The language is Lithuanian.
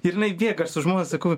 ir jinai bėga aš savo žmonai sakau